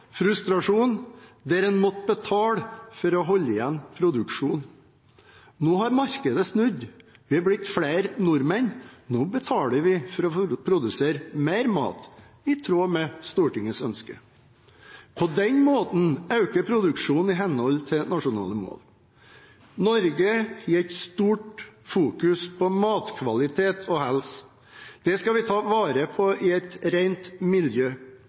frustrasjon, der en måtte betale for å holde igjen produksjonen. Nå har markedet snudd. Vi er blitt flere nordmenn. Nå betaler vi for å få produsere mer mat – i tråd med Stortingets ønske. På den måten øker produksjonen i henhold til nasjonale mål. I Norge legger vi stor vekt på matkvalitet og helse. Det skal vi ta vare på i et rent miljø.